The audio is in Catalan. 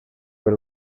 per